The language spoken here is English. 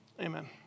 Amen